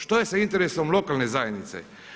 Što je sa interesom lokalne zajednice?